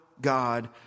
God